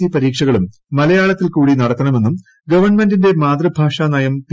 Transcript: C പരീക്ഷകളും മലയാളത്തിൽ കൂടി നടത്തണമെന്നും ഗവൺമെന്റിന്റെ മാതൃഭാഷാനയം പി